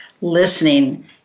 listening